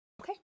Okay